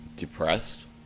depressed